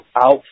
out